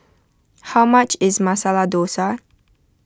how much is Masala Dosa